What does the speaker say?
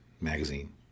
magazine